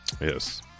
Yes